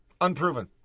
Unproven